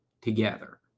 together